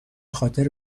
خاطر